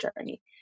journey